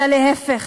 אלא להפך,